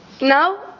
Now